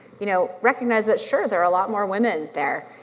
you know recognize that sure, there are a lot more women there,